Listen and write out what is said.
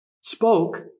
spoke